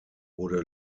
wurde